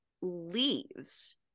leaves